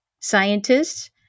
scientists